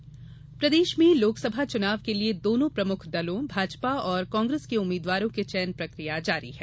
चुनाव प्रचार प्रदेश में लोकसभा चुनाव के लिए दोनों प्रमुख दलों भाजपा और कांग्रेस के उम्मीदवारों के चयन प्रकिया जारी है